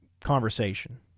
conversation